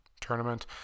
tournament